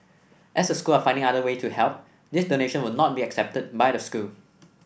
as the school are finding other way to help these donation would not be accepted by the school